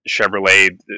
Chevrolet